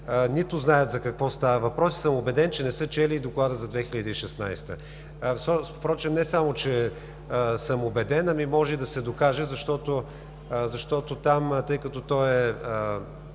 не знаят за какво става въпрос и съм убеден, че не са чели и Доклада за 2016 г. Впрочем, не само че съм убеден, ами може и да се докаже, защото там, тъй като той е